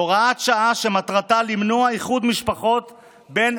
הוראת שעה שמטרתה למנוע איחוד משפחות בין